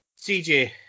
CJ